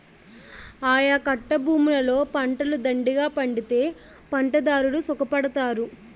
ఆయకట్టభూములలో పంటలు దండిగా పండితే పంటదారుడు సుఖపడతారు